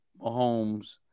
Mahomes